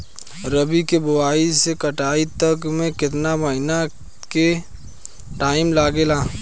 रबी के बोआइ से कटाई तक मे केतना महिना के टाइम लागेला?